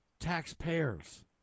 taxpayers